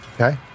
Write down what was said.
Okay